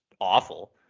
awful